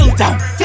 down